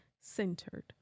centered